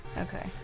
Okay